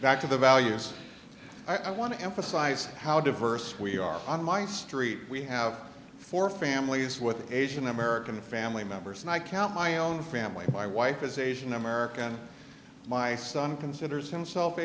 back to the values i want to emphasize how diverse we are on my street we have four families with asian american family members and i count my own family my wife is asian american my son considers himself